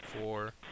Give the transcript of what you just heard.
four